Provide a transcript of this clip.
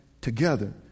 together